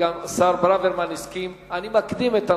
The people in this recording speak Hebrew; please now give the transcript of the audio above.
התרבות